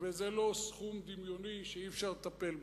וזה לא סכום דמיוני שאי-אפשר לטפל בו.